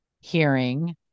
hearing